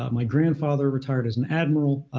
um my grandfather retired as an admiral.